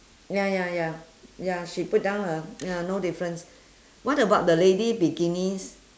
ya ya ya ya she put down her ya no difference what about the lady bikinis